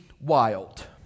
wild